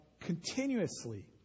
continuously